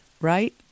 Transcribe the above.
right